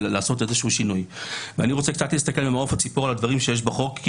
ואני רוצה קצת להסתכל ממעוף הציפור על הדברים שיש בחוק,